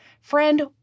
Friend